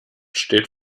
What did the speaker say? steht